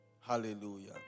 Hallelujah